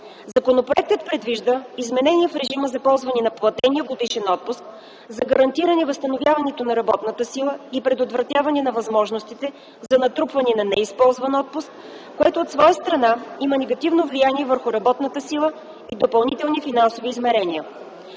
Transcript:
Законопроектът предвижда изменения в режима на ползване на платения годишен отпуск за гарантиране възстановяването на работната сила и предотвратяване на възможностите за натрупване на неизползван отпуск, което от своя страна има негативно влияние върху работната сила и допълнителни финансови измерения.